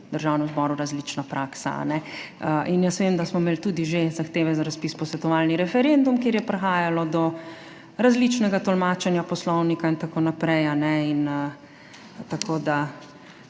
Državnem zboru različna praksa. In jaz vem, da smo imeli tudi že zahteve za razpis posvetovalnega referenduma, kjer je prihajalo do različnega tolmačenja poslovnika in tako naprej.